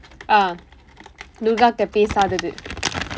ah durga கிட்ட பேசாதது:kitda peesaathathu